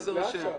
הישיבה